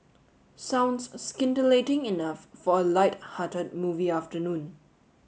sounds scintillating enough for a lighthearted movie afternoon